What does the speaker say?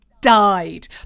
died